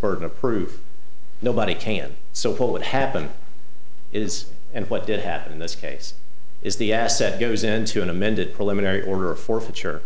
burden of proof nobody can so what would happen is and what did happen in this case is the asset goes into an amended preliminary order forfeiture